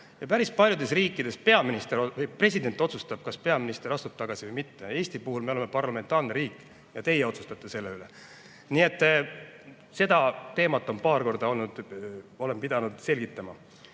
Päris paljudes riikides president otsustab, kas peaminister astub tagasi või mitte. Eesti puhul me oleme parlamentaarne riik ja teie otsustate selle üle. Nii et seda teemat olen pidanud paar korda selgitama.